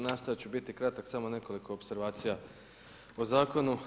Nastajat ću biti kratak, samo nekoliko opservacija o zakonu.